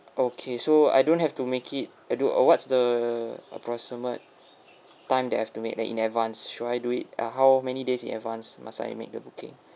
okay so I don't have to make it I do uh what's the approximate time that I have to make that in advance should I do it at how many days in advance must I make the booking